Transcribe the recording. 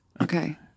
okay